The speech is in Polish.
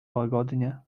łagodnie